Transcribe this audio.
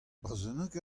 brezhoneg